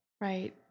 right